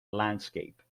landscape